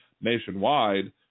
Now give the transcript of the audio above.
nationwide